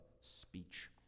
speech